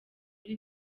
muri